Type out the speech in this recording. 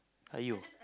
are you